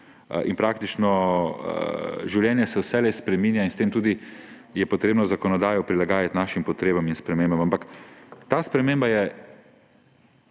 In praktično življenje se vselej spreminja in s tem je tudi treba zakonodajo prilagajati našim potrebam in spremembam. Ampak ta sprememba je